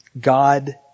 God